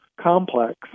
complex